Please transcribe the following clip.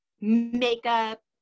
makeup